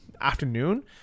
afternoon